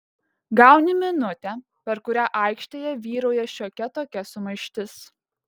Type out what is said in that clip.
gauni minutę per kurią aikštėje vyrauja šiokia tokia sumaištis